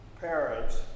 parents